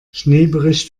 schneebericht